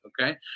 Okay